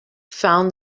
found